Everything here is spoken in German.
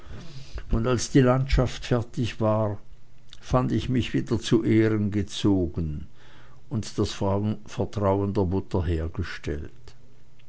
und als die landschaft fertig war fand ich mich wieder zu ehren gezogen und das vertrauen der mutter hergestellt